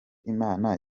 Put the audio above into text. imana